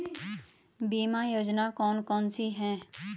बीमा योजना कौन कौनसी हैं?